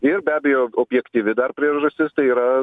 ir be abejo objektyvi dar priežastis tai yra